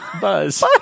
Buzz